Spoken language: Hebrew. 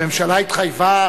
הממשלה התחייבה,